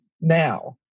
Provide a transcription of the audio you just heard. now